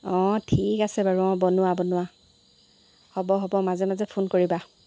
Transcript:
অঁ ঠিক আছে বাৰু অঁ বনোৱা বনোৱা হ'ব হ'ব মাজে মাজে ফোন কৰিবা